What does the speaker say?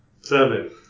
Seven